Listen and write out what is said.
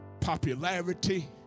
popularity